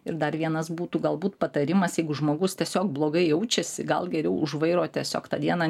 ir dar vienas būtų galbūt patarimas jeigu žmogus tiesiog blogai jaučiasi gal geriau už vairo tiesiog tą dieną